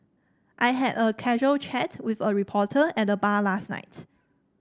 I had a casual chat with a reporter at the bar last night